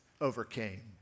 overcame